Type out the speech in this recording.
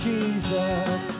Jesus